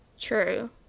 True